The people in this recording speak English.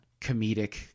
comedic